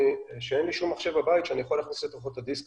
אבל אין לה מחשב בבית שהיא יכולה להכניס לתוכו את הדיסק